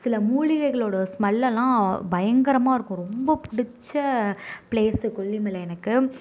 சில மூலிகைகளோடய ஸ்மெல்லல்லாம் பயங்கரமாக இருக்கும் ரொம்ப பிடிச்ச பிளேஸ் கொல்லிமலை எனக்கு